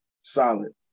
solid